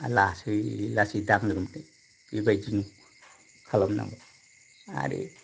लासै लासै दांग्रोमदो बेबायदिनो खालामनांगौ आरो